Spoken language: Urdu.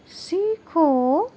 سیکھو